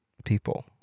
people